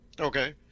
Okay